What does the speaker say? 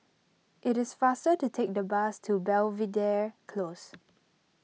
it is faster to take the bus to Belvedere Close